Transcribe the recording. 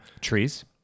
Trees